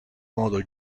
modo